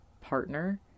partner